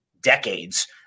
decades